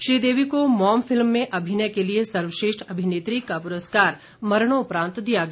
श्रीदेवी को Mom film में अभिनय के लिए सर्वश्रेष्ठ अभिनेत्री का पुरस्कार मरणोपरांत दिया गया